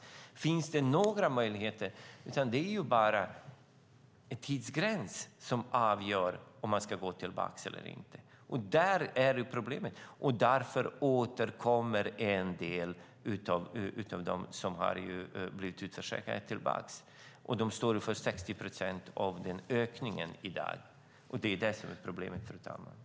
Nu är det en tidsgräns som avgör om man ska gå tillbaka i arbete eller inte. Det är problemet, och därför återkommer en del av de utförsäkrade. De står i dag för 60 procent av ökningen. Det är problemet, fru talman.